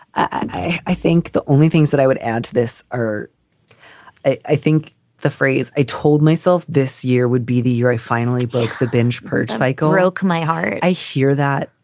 i i think the only things that i would add to this are i think the phrase i told myself this year would be the year i finally broke the binge purge cycle broke my heart. i hear that.